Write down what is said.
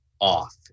off